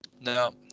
Now